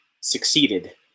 succeeded